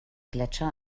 gletscher